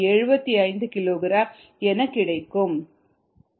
rnet rin - rout rgen - rconsump 20 - 5 1 - 0